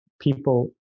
people